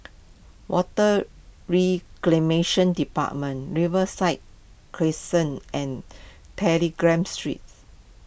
Water Reclamation Department Riverside Crescent and telegram Streets